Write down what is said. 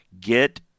Get